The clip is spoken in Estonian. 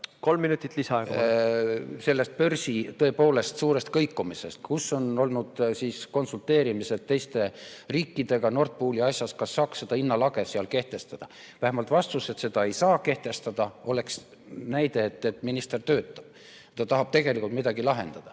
Kolm minutit lisaaega. ... börsi tõepoolest suurest kõikumisest? Kus on olnud konsulteerimised teiste riikidega Nord Pooli asjas, kas saaks seda hinnalage seal kehtestada? Vähemalt vastus, et seda ei saa kehtestada, oleks näide, et minister töötab ja tahab tegelikult midagi lahendada.